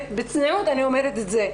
בצניעות אני אומרת את זה,